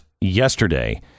yesterday